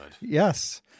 yes